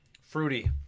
Fruity